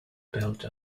built